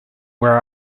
where